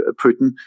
Putin